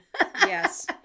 Yes